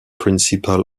principal